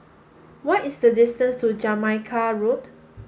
what is the distance to Jamaica Road